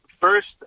First